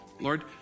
Lord